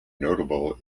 notable